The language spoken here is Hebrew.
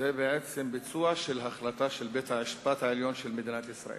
בעצם ביצוע של החלטה של בית-המשפט העליון של מדינת ישראל.